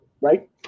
right